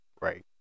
right